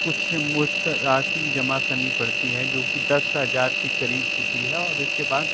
कुछ मुक्त राशि जमा करनी पड़ती है जो की दस हज़ार के करीब होती है और इसके बाद